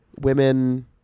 women